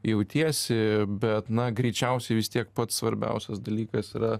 jautiesi bet na greičiausiai vis tiek pats svarbiausias dalykas yra